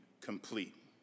complete